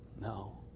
No